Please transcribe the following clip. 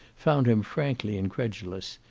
found him frankly incredulous,